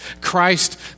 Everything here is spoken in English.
Christ